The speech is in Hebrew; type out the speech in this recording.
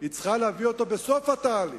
היא צריכה להביא אותו בסוף התהליך,